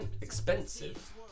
expensive